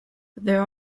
there